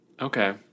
Okay